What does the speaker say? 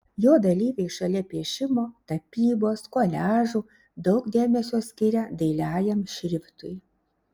jo dalyviai šalia piešimo tapybos koliažų daug dėmesio skiria dailiajam šriftui